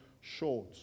short